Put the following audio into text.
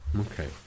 okay